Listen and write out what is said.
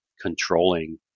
controlling